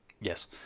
Yes